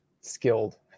skilled